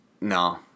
No